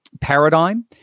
paradigm